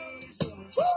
Jesus